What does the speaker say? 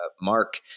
Mark